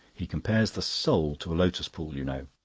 he compares the soul to a lotus pool, you know.